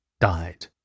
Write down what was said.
died